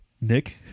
Nick